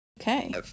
Okay